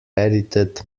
edited